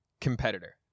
competitor